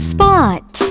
Spot